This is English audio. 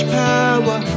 power